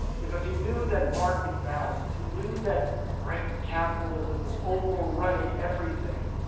because he knew that market values. he knew that rank capitalism was overrunning everything,